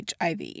HIV